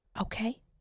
Okay